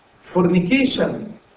fornication